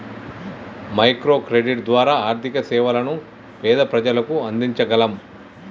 micro credit ద్వారా ఆర్థిక సేవలను పేద ప్రజలకు అందించగలం